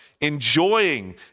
enjoying